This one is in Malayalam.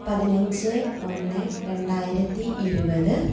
പതിനഞ്ച് ഒന്ന് രണ്ടായിരത്തി ഇരുപത്